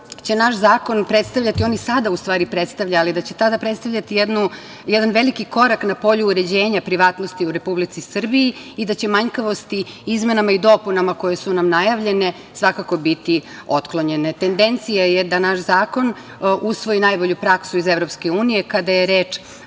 će naš zakon predstavljati, on i sada u stvari predstavlja, ali da će tada predstavljati jedan veliki korak na polju uređenja privatnosti u Republici Srbiji i da će manjkavosti izmenama i dopunama koje su nam najavljene svakako biti otklonjene. Tendencija je da naš zakon usvoji najbolju praksu iz EU kada je reč